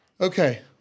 Okay